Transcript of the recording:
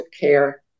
care